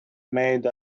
made